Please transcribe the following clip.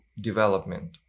development